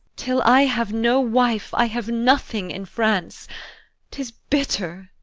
till i have no wife, i have nothing in france tis bitter.